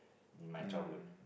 in my childhood